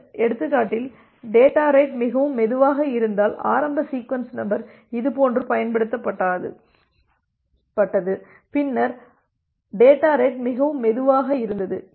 இந்த எடுத்துக்காட்டில் data rate மிகவும் மெதுவாக இருந்தால் ஆரம்ப சீக்வென்ஸ் நம்பர் இதுபோன்று பயன்படுத்தப்பட்டது பின்னர் டேட்டா ரேட் மிகவும் மெதுவாக இருந்தது